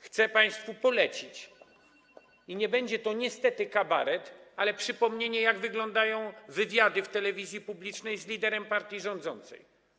Chcę państwu polecić, i nie będzie to niestety kabaret, ale przypomnienie, wywiady w telewizji publicznej z liderem partii rządzącej.